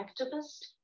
activist